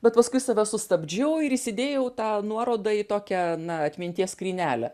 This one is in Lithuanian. bet paskui save sustabdžiau ir įsidėjau tą nuorodą į tokią na atminties skrynelę